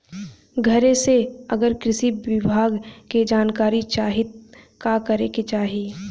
घरे से अगर कृषि विभाग के जानकारी चाहीत का करे के चाही?